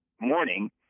morning